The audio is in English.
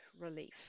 relief